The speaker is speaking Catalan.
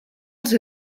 els